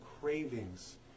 cravings